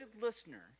listener